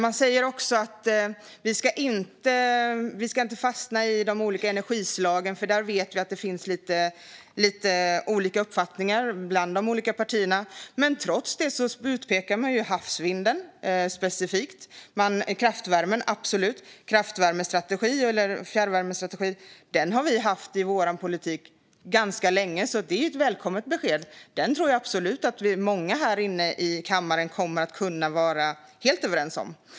Man säger också att vi inte ska fastna i de olika energislagen, för där vet vi att det finns lite olika uppfattningar bland partierna. Men trots det pekar man ut havsvinden specifikt och kraftvärmen. Fjärrvärmestrategin har vi haft i vår politik ganska länge, så det är ett välkommet besked. Den tror jag att ganska många här i kammaren kommer att kunna vara helt överens om.